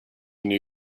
new